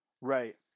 Right